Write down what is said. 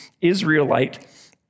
Israelite